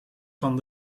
van